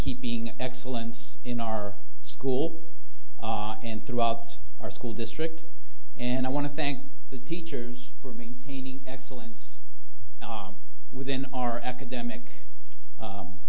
keeping excellence in our school and throughout our school district and i want to thank the teachers for maintaining excellence within our academic